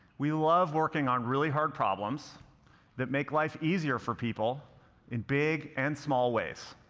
we love working on really hard problems that make life easier for people in big and small ways.